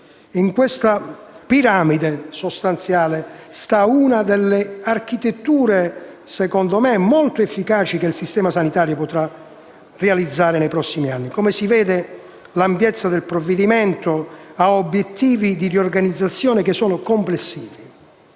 In questa piramide sostanziale sta - secondo me - una delle architetture molto efficaci che il sistema sanitario potrà realizzare nei prossimi anni. Come si vede, l'ampiezza del provvedimento ha obiettivi di riorganizzazione complessiva.